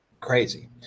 Crazy